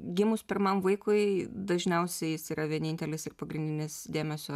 gimus pirmam vaikui dažniausiai jis yra vienintelis ir pagrindinis dėmesio